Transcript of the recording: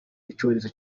icyorezo